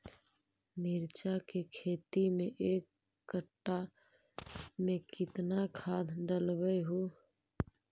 मिरचा के खेती मे एक कटा मे कितना खाद ढालबय हू?